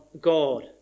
God